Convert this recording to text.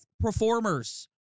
Performers